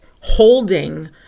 holding